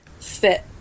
fit